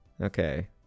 Okay